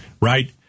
right